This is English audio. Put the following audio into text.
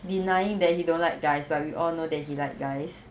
denying that he don't like guys but we all know that he like guys